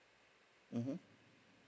mmhmm